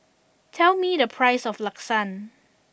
tell me the price of Lasagne